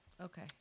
Okay